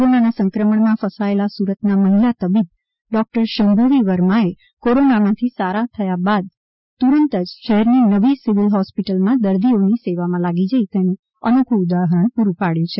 કોરોનાના સંક્રમણમાં ફસાયેલા સુરતના મહિલા તબીબ ડૉક્ટર શંભવી વર્માએ કોરોનામાંથી સારા થાય બાદ તુરત જ શહેરની નવી સિવિલ હોસ્પિટલમાં દર્દીઓની સેવામાં લાગી જઈ ને અનોખુ ઉદાહરણ પૂરું પડ્યું છે